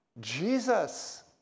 Jesus